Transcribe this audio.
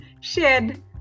shared